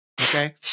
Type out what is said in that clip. Okay